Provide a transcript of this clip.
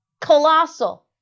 Colossal